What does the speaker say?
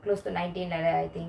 close to nineteen like that I think